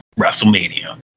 WrestleMania